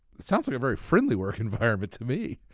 sounds like a very friendly work environment to me.